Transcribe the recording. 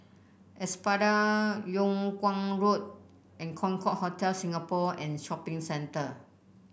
Espada Yung Kuang Road and Concorde Hotel Singapore and Shopping Centre